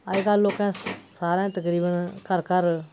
अजकल लोकें सारें तकरीबन घर घर